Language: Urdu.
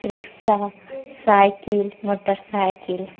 rickshaw cycle motor cycle